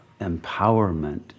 empowerment